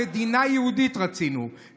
מדינה יהודית רצינו,